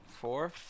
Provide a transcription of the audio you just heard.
four